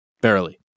barely